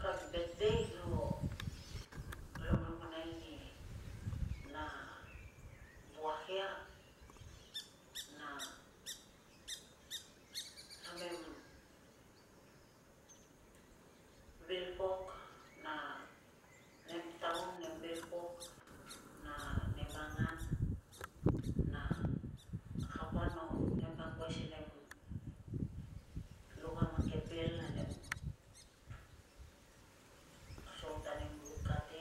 Kag bet dei no lomlomonai ni na wuak ia na namem vil pok, namem taun nem vil pok na nem angan na kapa nem pa angkuai si nem luk a mang ke bil namem asukang ta nem luk kati